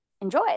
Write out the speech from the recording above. enjoy